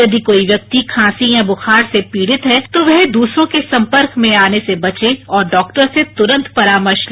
यदि कोई व्यक्ति खांसी या बुखार से पीड़ित है तो वह दूसरों के संपर्क में आने से बचे और डॉक्टर से तुरंत परामर्श ले